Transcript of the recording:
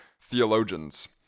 theologians